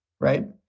right